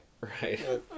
Right